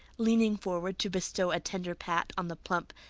leaning forward to bestow a tender pat on the plump,